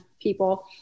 people